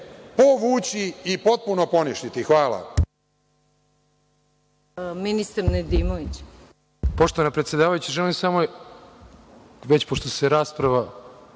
povući i potpuno poništiti. Hvala.